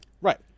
Right